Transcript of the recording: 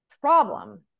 problem